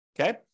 Okay